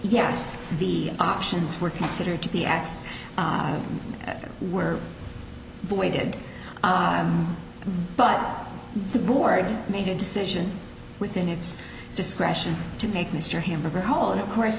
yes the options were considered to be x where boy did but the board made a decision within its discretion to make mr hamburger hold of course